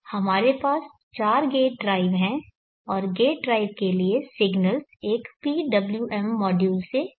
तो हमारे पास चार गेट ड्राइव हैं और गेट ड्राइव के लिए सिग्नल्स एक PWM मॉड्यूल से आ रहे हैं